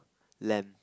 lamb